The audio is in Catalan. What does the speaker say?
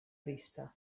vista